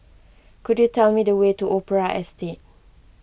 could you tell me the way to Opera Estate